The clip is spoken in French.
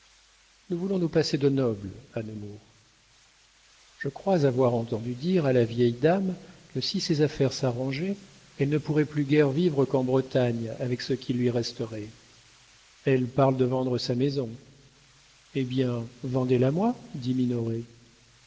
nous voulons nous passer de nobles à nemours je crois avoir entendu dire à la vieille dame que si ses affaires s'arrangeaient elle ne pourrait plus guère vivre qu'en bretagne avec ce qui lui resterait elle parle de vendre sa maison eh bien vendez la moi dit